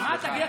אמרת: תגיד,